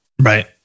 Right